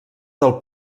del